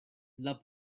love